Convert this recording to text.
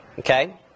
Okay